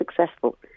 successful